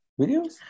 videos